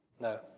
No